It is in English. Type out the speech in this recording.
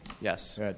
Yes